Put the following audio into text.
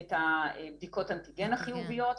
את בדיקות האנטיגן החיוביות.